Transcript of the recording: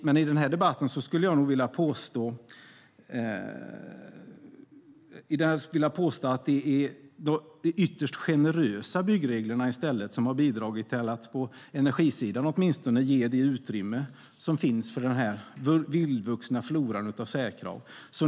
Men i den debatten skulle jag nog vilja påstå att det i stället är de ytterst generösa byggreglerna som bidragit till att åtminstone på energisidan ge utrymme för den här vildvuxna floran av särkrav.